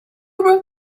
wrote